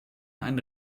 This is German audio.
einen